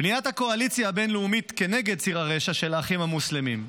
בניית הקואליציה הבין-לאומית כנגד ציר הרשע של האחים המוסלמים,